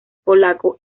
polaco